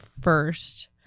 first